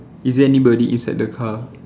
is there anybody inside the car